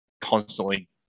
constantly